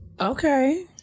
Okay